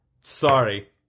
Sorry